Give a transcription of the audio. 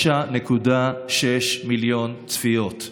9.6 מיליון צפיות.